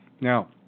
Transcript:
Now